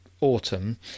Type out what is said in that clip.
autumn